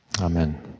Amen